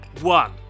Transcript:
one